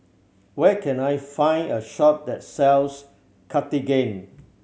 where can I find a shop that sells Cartigain